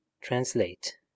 Translate